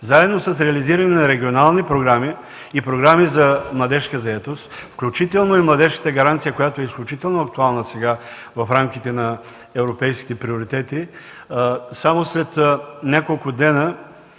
храните, с реализиране на регионални програми и програми за младежка заетост, включително и младежката гаранция, която сега е изключително актуална в рамките на европейските приоритети. Само след няколко дни